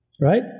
Right